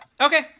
Okay